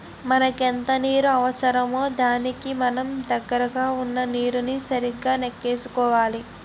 మనకెంత నీరు అవసరమో దానికి మన దగ్గర వున్న నీరుని సరిగా నెక్కేసుకోవాలి